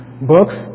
books